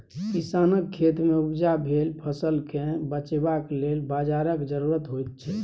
किसानक खेतमे उपजा भेल फसलकेँ बेचबाक लेल बाजारक जरुरत होइत छै